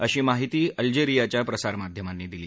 अशी माहिती अल्जेरियाच्या प्रसारमाध्यमांनी दिली